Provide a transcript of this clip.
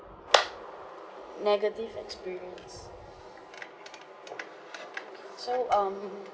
negative experience so um